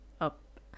up